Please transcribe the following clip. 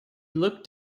looked